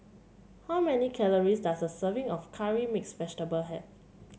how many calories does a serving of Curry Mixed Vegetable have